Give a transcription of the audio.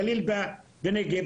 גליל ונגב,